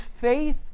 faith